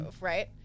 right